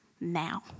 now